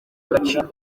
agaciro